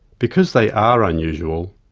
because they are unusual,